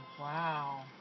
Wow